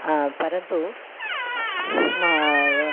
परन्तु